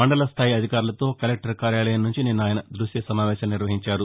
మండల స్లాయి అధికారులతో కలెక్లర్ కార్యాలయం నుంచి నిన్న ఆయన ద్బశ్య సమావేశం నిర్వహించారు